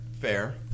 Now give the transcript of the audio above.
Fair